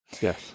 Yes